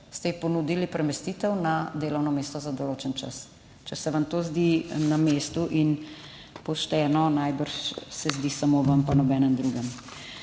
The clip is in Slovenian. ste ji ponudili premestitev na delovno mesto za določen čas. Če se vam to zdi na mestu in pošteno, najbrž se zdi samo vam, po nobenemu drugemu.